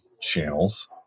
channels